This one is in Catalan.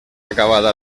acabada